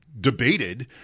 debated